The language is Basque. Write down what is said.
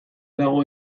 dago